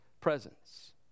presence